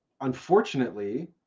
unfortunately